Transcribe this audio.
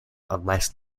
unless